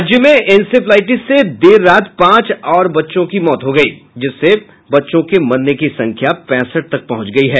राज्य में इंसेफ्लाइटिस से देर रात पांच और बच्चों की मौत हो गयी जिससे बच्चों के मरने की संख्या पैंसठ तक पहुंच गयी है